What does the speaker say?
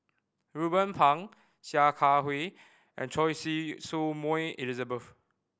Ruben Pang Sia Kah Hui and Choy Su Moi Elizabeth